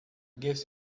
guess